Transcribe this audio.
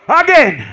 again